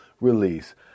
release